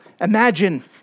imagine